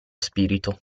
spirito